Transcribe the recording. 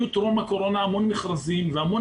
בטרום הקורונה היו המון מכרזים והמון